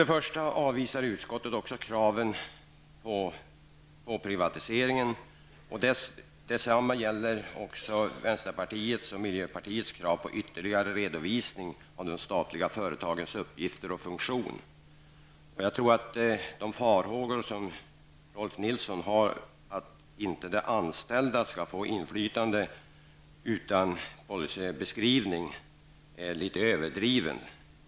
Utskottet avvisar alltså kravet på privatisering. Detsamma gäller också vänsterpartiets och miljöpartiets krav på ytterligare redovisning av de statliga företagens uppgifter och funktion. Jag tror att den farhåga som Rolf Nilson hyser, att de anställda inte skall få inflytande utan policybeskrivning, är litet överdriven.